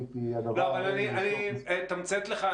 אני אתמצת לך.